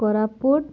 Koraput